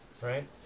right